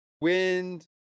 Wind